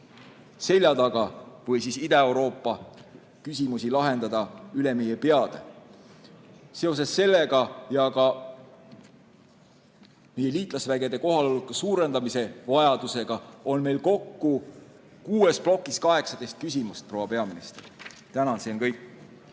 seljataga või Ida-Euroopa küsimusi lahendada üle meie peade. Seoses sellega ja ka liitlasvägede kohaloleku suurendamise vajadusega on meil kokku kuues plokis 18 küsimust proua peaministrile. Tänan! See on kõik.